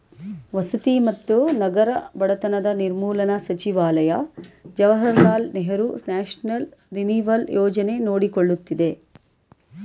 ವಸತಿ ಮತ್ತು ನಗರ ಬಡತನ ನಿರ್ಮೂಲನಾ ಸಚಿವಾಲಯ ಜವಾಹರ್ಲಾಲ್ ನೆಹರು ನ್ಯಾಷನಲ್ ರಿನಿವಲ್ ಯೋಜನೆ ನೋಡಕೊಳ್ಳುತ್ತಿದೆ